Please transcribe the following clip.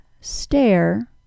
stare